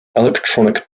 electronic